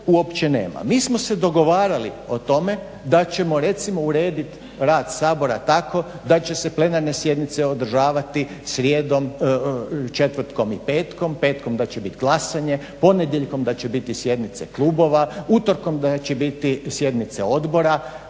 Mi smo se dogovarali o tome da ćemo recimo urediti rad Sabora tako da će se plenarne sjednice održavati srijedom, četvrtkom i petkom, petkom da će bit glasanje, ponedjeljkom da će biti sjednice klubova, utorkom da će biti sjednice odbora.